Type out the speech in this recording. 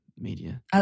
media